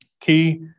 Key